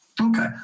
Okay